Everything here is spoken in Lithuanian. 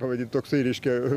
pavadint toksai reiškia